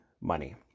money